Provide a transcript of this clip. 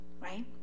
right